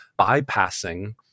bypassing